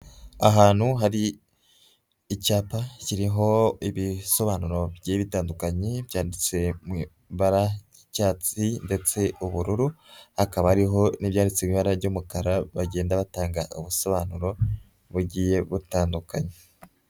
Ahantu hari icyapa kiriho ibisobanuro bigiye bitandukanye, byanditse mu ibara ry'icyatsi ndetse ubururu, hakaba hariho n'ibyanditse mu ibara ry'umukara bagenda batanga ubusobanuro bugiye butandukanyekanye.